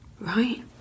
Right